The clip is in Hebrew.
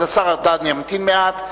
אז השר ארדן ימתין מעט.